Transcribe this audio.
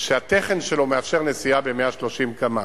שהתכֶן שלו מאפשר נסיעה ב-130 קמ"ש,